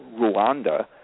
Rwanda